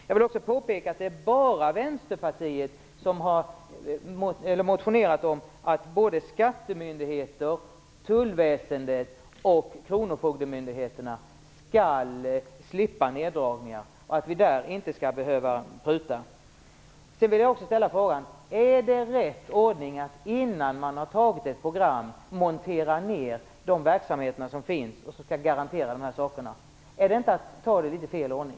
Jag vill också påpeka att det bara är Vänsterpartiet som har motionerat om att såväl skattemyndigheterna och tullväsendet som kronofogdemyndigheterna skall slippa neddragningar. Där skall vi inte behöva pruta. Jag vill också ställa en annan fråga: Är det rätt ordning att man, innan ett program har antagits, monterar ner de verksamheter som finns och som skall garantera dessa saker? Är det inte att ta det i litet fel ordning?